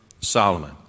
Solomon